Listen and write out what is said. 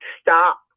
stop